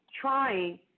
trying